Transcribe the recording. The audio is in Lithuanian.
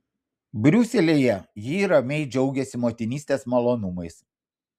briuselyje ji ramiai džiaugiasi motinystės malonumais